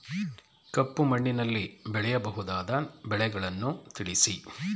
ಕಪ್ಪು ಮಣ್ಣಿನಲ್ಲಿ ಬೆಳೆಯಬಹುದಾದ ಬೆಳೆಗಳನ್ನು ತಿಳಿಸಿ?